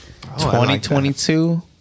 2022